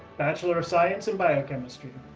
bachelor of science in biochemistry.